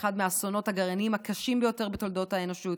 אחד מהאסונות הגרעיניים הקשים ביותר בתולדות האנושות.